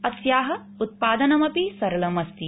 अस्या उत्पादनमपि सरलमस्ति